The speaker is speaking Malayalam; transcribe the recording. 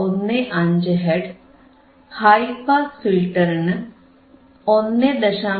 15 ഹെർട്സ് ഹൈ പാസ് ഫിൽറ്ററിന് 1